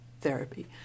therapy